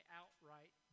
outright